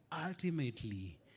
ultimately